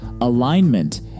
alignment